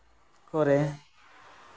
ᱠᱚᱨᱮ